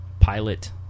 pilot